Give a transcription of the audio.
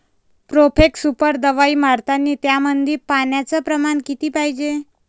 Profex Super दवाई मारतानी त्यामंदी पान्याचं प्रमाण किती पायजे?